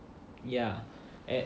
ya